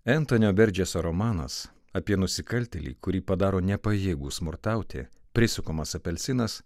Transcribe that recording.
entonio berdžeso romanas apie nusikaltėlį kurį padaro nepajėgų smurtauti prisukamas apelsinas